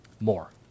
more